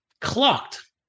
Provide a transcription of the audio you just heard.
clocked